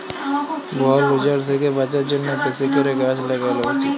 বল উজাড় থ্যাকে বাঁচার জ্যনহে বেশি ক্যরে গাহাচ ল্যাগালো উচিত